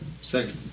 Second